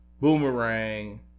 Boomerang